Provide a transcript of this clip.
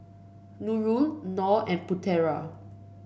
Nurul Nor and Putera